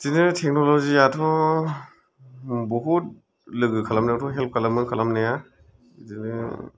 बिदिनो टेकनलजि याथ' बहुथ लोगो खालामनायावथ' हेल्प खालामो खालामनाया बिदिनो